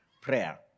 prayer